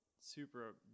super